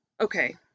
okay